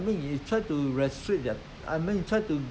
I mean you try to restrict their I mean try to